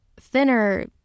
thinner